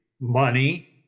money